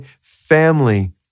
family